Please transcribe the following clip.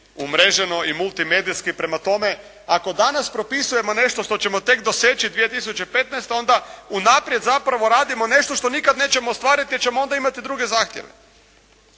umreženo i multimedijski. Prema tome, ako danas propisujemo nešto što ćemo tek doseći 2015. onda unaprijed zapravo radimo nešto što nikad nećemo ostvariti jer ćemo onda imati druge zahtjeve.